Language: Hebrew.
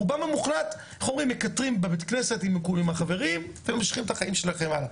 רובם המוחלט מקטרים בבית הכנסת עם החברים וממשיכים את החיים הלאה.